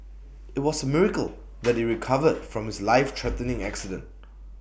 IT was A miracle that he recovered from his lifethreatening accident